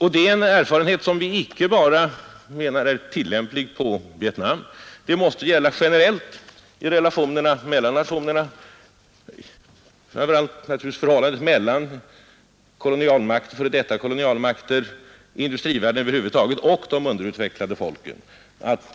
Det är en erfarenhet som vi menar icke bara är tillämplig på Vietnam; det måste gälla generellt i relationerna mellan nationerna, framför allt naturligtvis förhållandet mellan f.d. kolonialmakter, och industrivärlden över huvud taget, och de underutvecklade folken.